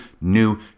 new